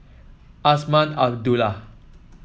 Azman Abdullah